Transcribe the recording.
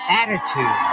attitude